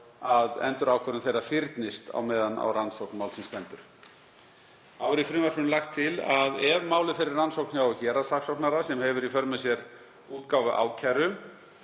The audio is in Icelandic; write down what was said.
að endurákvörðun þeirra fyrnist á meðan á rannsókn málsins stendur. Þá er í frumvarpinu lagt til að ef málið fer í rannsókn hjá héraðssaksóknara sem hefur í för með sér útgáfu ákæru,